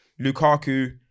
Lukaku